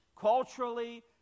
culturally